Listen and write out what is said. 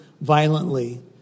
violently